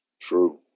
True